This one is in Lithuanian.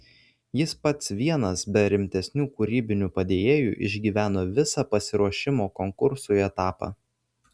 jis pats vienas be rimtesnių kūrybinių padėjėjų išgyveno visą pasiruošimo konkursui etapą